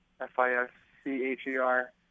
F-I-S-C-H-E-R